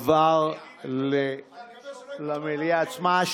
עבר למליאה עצמה.